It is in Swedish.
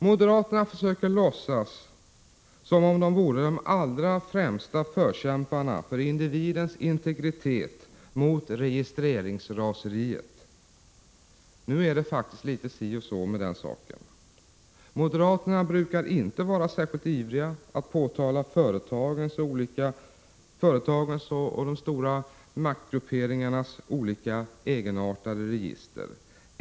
Moderaterna försöker låtsas som om de vore de allra främsta förkämparna för individens integritet mot registreringsraseriet. Nu är det faktiskt litet si och så med den saken. Moderaterna brukar inte vara särskilt ivriga att påtala företagens och de stora maktgrupperingarnas egenartade register.